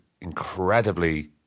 incredibly